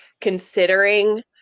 considering